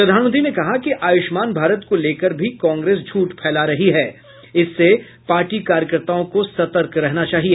प्रधानमंत्री ने कहा कि आयुष्मान भारत को लेकर भी कांग्रेस झुठ फैला रही है इससे पार्टी कार्यकर्ताओं को सतर्क रहना चाहिए